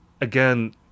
again